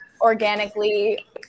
organically